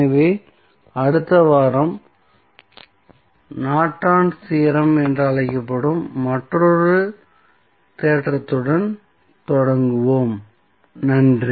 எனவே அடுத்த வாரம் நார்டன்ஸ் தியோரம் Nortons Theorem என்று அழைக்கப்படும் மற்றொரு தேற்றத்துடன் தொடங்குவோம் நன்றி